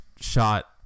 shot